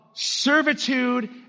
Servitude